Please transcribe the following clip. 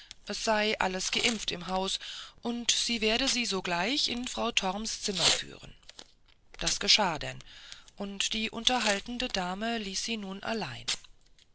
es sei alles geimpft im haus und sie werde sie sogleich in frau torms zimmer führen das geschah denn und die unterhaltende dame ließ sie nun allein